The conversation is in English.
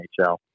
NHL